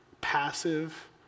passive